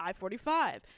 i45